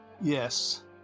yes